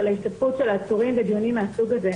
ההשתתפות של העצורים בדיונים מן הסוג הזה.